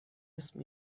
اسم